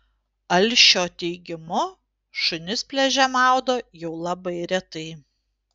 alšio teigimu šunis pliaže maudo jau labai retai